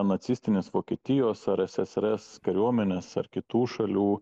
nacistinės vokietijos ar ssrs kariuomenės ar kitų šalių